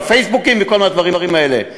והפייסבוקים וכל הדברים האלה.